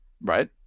right